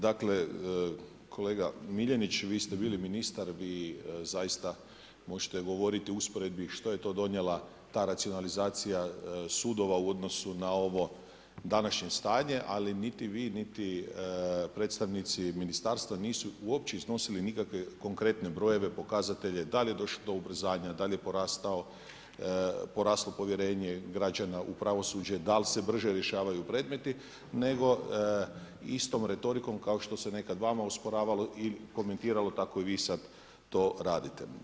Dakle, kolega Miljenić vi ste bili ministar i zaista možete govoriti u usporedbi što je to donijela ta racionalizacija sudova u odnosu na ovo današnje stanje ali niti vi niti predstavnici ministarstva nisu uopće iznosili nikakve konkretne brojeve, pokazatelje, da li je došlo do ubrzanja, da li je poraslo povjerenje građana u pravosuđe, da li se brže rješavaju predmeti nego istom retorikom kao što se nekad vama osporavala i komentiralo, tako i vi sad to radite.